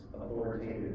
authoritative